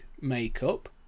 makeup